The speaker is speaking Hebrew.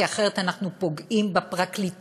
כי אחרת אנחנו פוגעים בפרקליטות,